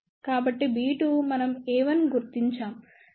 కాబట్టి b2 మనం a1 గుర్తించాం